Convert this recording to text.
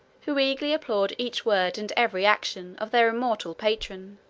who eagerly applaud each word, and every action, of their immortal patron